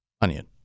Onion